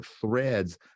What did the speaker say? threads